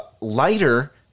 Lighter